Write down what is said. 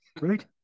Right